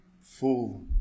fool